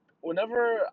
whenever